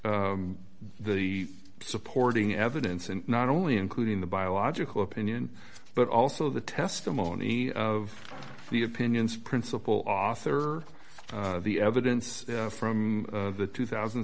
detail the supporting evidence and not only including the biological opinion but also the testimony of the opinions principal author of the evidence from the two thousand